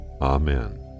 Amen